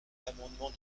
l’amendement